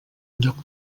lloc